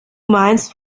meinst